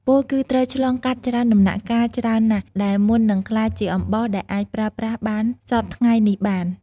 ពោលគឺត្រូវឆ្លងកាត់ច្រើនដំណាក់កាលច្រើនណាស់ដែរមុននឹងក្លាយជាអំបោសដែលអាចប្រើប្រាស់បានសព្វថ្ងៃនេះបាន។